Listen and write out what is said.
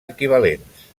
equivalents